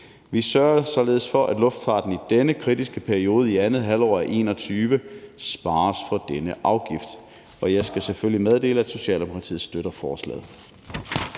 Vi sørger således for, at luftfarten i denne kritiske periode, i andet halvår af 2021, spares for denne afgift. Jeg skal selvfølgelig meddele, at Socialdemokratiet støtter forslaget.